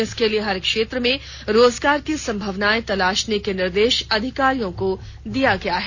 इसके लिए हर क्षेत्र में रोजगार की संभावनाएं तलाशने के निर्देश अधिकारियों को दे दिया गया हैं